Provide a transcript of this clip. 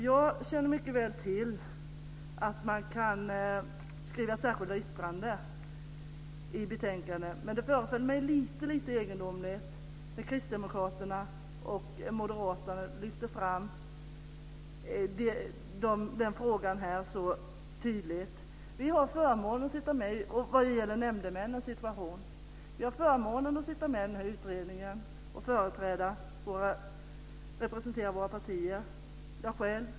Jag känner mycket väl till att man kan skriva särskilda yttranden i betänkanden, men det föreföll mig lite egendomligt att kristdemokraterna och moderaterna lyfte fram frågan om nämndemännens situation här så tydligt. Jag själv, Anders G Högmark och Ragnwi Marcelind har förmånen att sitta med i denna utredning och företräda och representera våra partier.